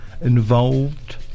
involved